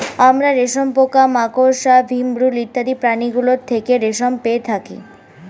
আমরা রেশম পোকা, মাকড়সা, ভিমরূল ইত্যাদি প্রাণীগুলো থেকে রেশম পেয়ে থাকি